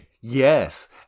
Yes